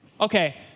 Okay